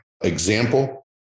example